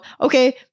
Okay